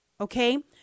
okay